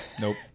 Nope